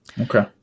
Okay